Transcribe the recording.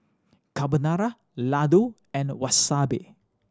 Carbonara Ladoo and Wasabi